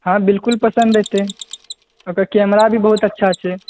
हँ बिल्कुल पसन्द एतै ओकर कैमरा भी बहुत अच्छा छै